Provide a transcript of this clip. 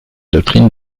doctrine